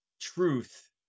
truth